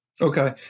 Okay